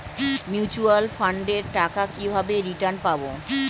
Mutual ফান্ডের টাকা কিভাবে রিটার্ন পাব?